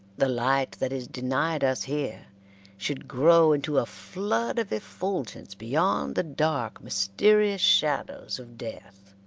the light that is denied us here should grow into a flood of effulgence beyond the dark, mysterious shadows of death.